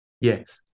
Yes